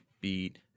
BEAT